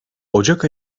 ocak